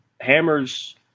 hammers